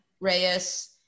Reyes